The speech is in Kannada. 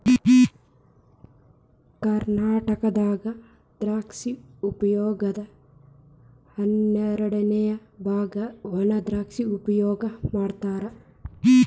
ಕರ್ನಾಟಕದಾಗ ದ್ರಾಕ್ಷಿ ಉಪಯೋಗದ ಹನ್ನೆರಡಅನೆ ಬಾಗ ವಣಾದ್ರಾಕ್ಷಿ ಉಪಯೋಗ ಮಾಡತಾರ